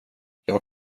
jag